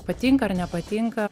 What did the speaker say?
patinka ar nepatinka